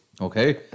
Okay